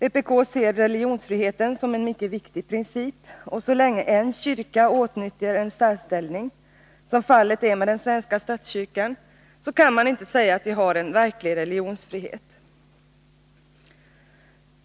Vpk ser religionsfriheten som en mycket viktig princip, och så länge en kyrka åtnjuter en särställning — som fallet är med den svenska statskyrkan — så kan man inte säga att vi har en verklig religionsfrihet.